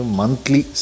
monthly